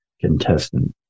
contestant